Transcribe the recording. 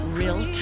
real